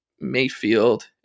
Mayfield